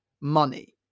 money